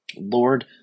Lord